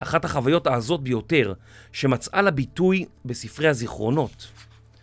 אחת החוויות האזות ביותר שמצאה לה ביטוי בספרי הזיכרונות